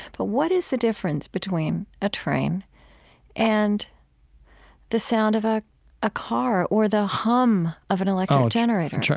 but what is the difference between a train and the sound of ah a car or the hum of an electric generator? oh,